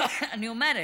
אני אומרת,